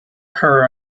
her